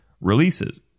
releases